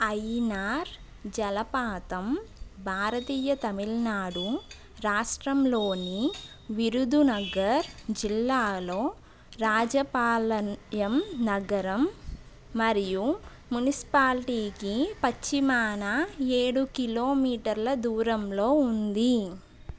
అయ్యనార్ జలపాతం భారతీయ తమిళనాడు రాష్ట్రంలోని విరుదునగర్ జిల్లాలో రాజపాలన్యం నగరం మరియు మునిసిపాలిటీకి పశ్చిమాన ఏడు కిలోమీటర్ల దూరంలో ఉంది